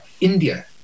India